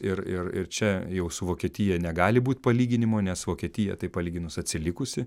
ir ir ir čia jau su vokietija negali būt palyginimo nes vokietija tai palyginus atsilikusi